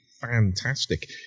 fantastic